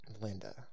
Linda